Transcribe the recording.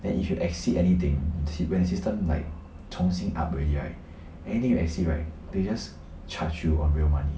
then if you exceed anything when system like 重新 up already right anything you exceed right they just charge you on real money